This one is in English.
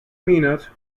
minute